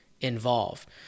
involved